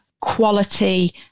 quality